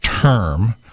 term